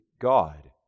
God